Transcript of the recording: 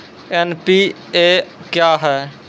NPA क्या हैं?